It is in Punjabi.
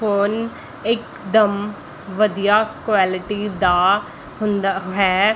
ਫੋਨ ਇੱਕਦਮ ਵਧੀਆ ਕੁਐਲਟੀ ਦਾ ਹੁੰਦਾ ਹੈ